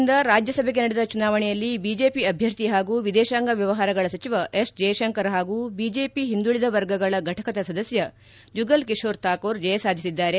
ಗುಜರಾತ್ನಿಂದ ರಾಜ್ಯಸಭೆಗೆ ನಡೆದ ಚನಾವಣೆಯಲ್ಲಿ ಐಜೆಪಿ ಅಭ್ಯರ್ಥಿ ಹಾಗೂ ಎದೇಶಾಂಗ ವ್ಯವಹಾರಗಳ ಸಚಿವ ಎಸ್ ಜಯಶಂಕರ್ ಹಾಗೂ ಬಿಜೆಪಿ ಹಿಂದುಳಿದ ವರ್ಗಗಳ ಘಟಕದ ಸದಸ್ನ ಜುಗಲ್ಕಿಶೋರ್ ಥಾಕೋರ್ ಜಯ ಸಾಧಿಸಿದ್ದಾರೆ